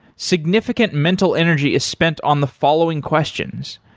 significant mental energy is spent on the following questions,